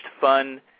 fun